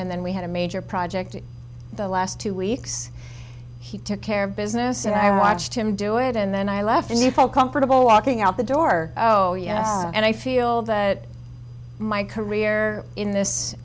and then we had a major project the last two weeks he took care of business and i watched him do it and then i left and people comfortable walking out the door and i feel that my career in this